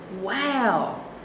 Wow